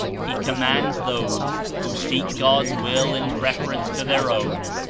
he commands those, who seek god's will in pref erence to their own,